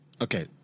Okay